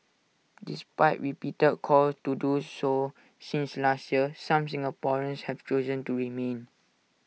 despite repeated calls to do so since last year some Singaporeans have chosen to remain